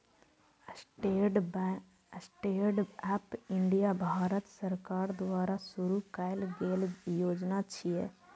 stand up India Bharat सरकार द्वारा शुरू कैल गेल योजना छियै